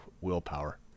willpower